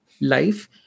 life